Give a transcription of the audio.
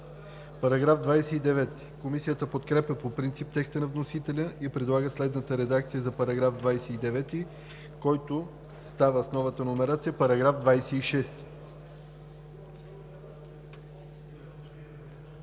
По § 29 Комисията подкрепя по принцип текста на вносителя и предлага следната редакция на параграфа, който по новата номерация става § 26: